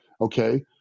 Okay